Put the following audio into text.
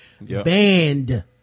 banned